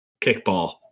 kickball